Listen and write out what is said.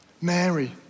Mary